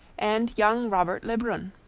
and young robert lebrun.